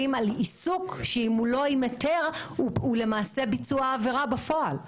על עיסוק שאם הוא לא עם היתר הוא למעשה ביצוע עבירה בפועל.